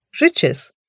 riches